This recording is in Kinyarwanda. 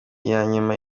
yanyuma